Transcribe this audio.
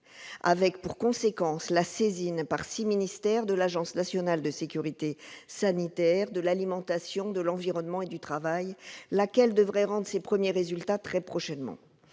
avec pour conséquence la saisine par six ministères de l'Agence nationale de sécurité sanitaire de l'alimentation, de l'environnement et du travail. L'ANSES devrait rendre très prochainement